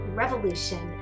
revolution